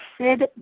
Sid